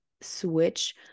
switch